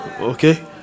Okay